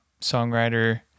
songwriter